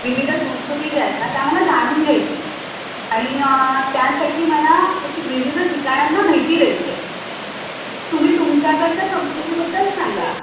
विविध संस्कृती ज्या आहेत ना त्या मला जाणून घ्यायच्या आहेत आणि त्यासाठी मला विविध ठिकाणांना भेटी द्यायच्या आहेत तुम्ही तुमच्याकडच्या संस्कृतीबद्दल सांगा